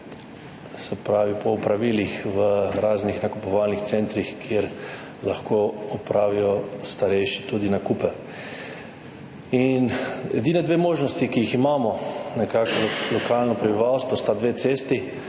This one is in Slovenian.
fazi po opravilih v raznih nakupovalnih centrih, kjer lahko opravijo starejši tudi nakupe. Edini dve možnosti, ki ju imamo lokalno prebivalstvo, sta dve cesti.